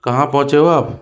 कहाँ पहुँचे हो आप